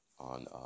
on